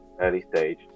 early-stage